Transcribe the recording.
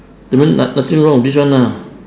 that mean no~ nothing wrong with this one ah